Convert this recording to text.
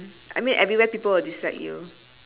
I mean everywhere people will dislike you